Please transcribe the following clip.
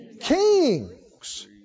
Kings